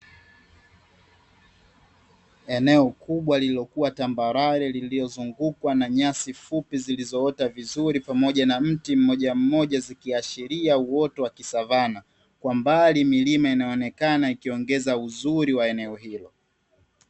Eneo kubwa lililokuwa tambarare, lililozungukwa na nyasi fupi zilizoota vizuri pamoja na mti mmojammoja zikiashiria uoto wa kisavana, kwa mbali milima inaonekana ikiongeza uzuri wa eneo hilo.